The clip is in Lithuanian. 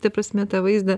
ta prasme tą vaizdą